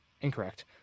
Incorrect